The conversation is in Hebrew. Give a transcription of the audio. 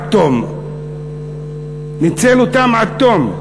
עד תום.